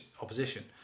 opposition